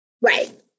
Right